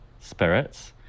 spirits